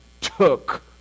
took